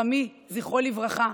חמי, זכרו לברכה,